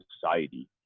society